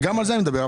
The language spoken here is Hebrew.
גם על זה אני מדבר.